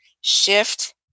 Shift